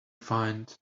find